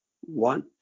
one